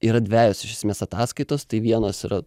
yra dvejos iš esmės ataskaitos tai vienos yra